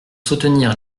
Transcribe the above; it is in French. soutenir